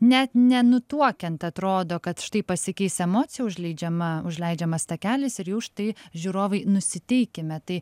net nenutuokiant atrodo kad štai pasikeis emocija užleidžiama užleidžiamas takelis ir jau štai žiūrovai nusiteikime tai